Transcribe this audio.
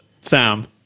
sam